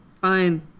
Fine